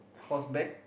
horse bag